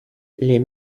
les